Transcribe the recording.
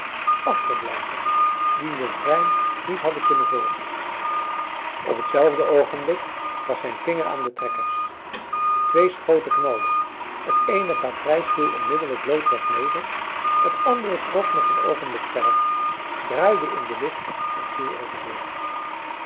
achterblijvers die den trein niet hadden kunnen volgen op hetzelfde oogenblik was zijn vinger aan de trekkers de twee schoten knalden het eene patrijs viel onmiddellijk loodrecht neder het andere trok nog een oogenblik verder draaide in de lucht en viel evenzeer